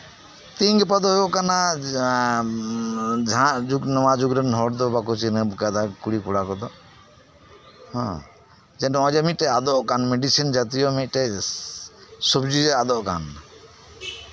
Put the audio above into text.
ᱛᱮᱦᱮᱧ ᱜᱟᱯᱟ ᱫᱚ ᱦᱩᱭᱩᱜ ᱠᱟᱱᱟ ᱡᱟᱦᱟᱸ ᱱᱚᱣᱟ ᱡᱩᱜᱽ ᱨᱮᱱ ᱦᱚᱲ ᱫᱚ ᱠᱩᱲᱤ ᱠᱚᱲᱟ ᱠᱚᱫᱚ ᱱᱚᱜᱼᱚᱭ ᱡᱮ ᱟᱫᱚᱜ ᱠᱟᱱᱟ ᱢᱮᱰᱤᱥᱤᱱ ᱡᱟᱛᱤᱭᱚ ᱢᱤᱫᱴᱮᱡ ᱥᱚᱵᱡᱤ ᱟᱫᱚᱜ ᱠᱟᱱ